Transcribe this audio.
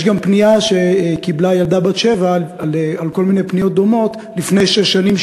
יש גם ילדה בת שבע שקיבלה על כל מיני פניות דומות מלפני שש שנים,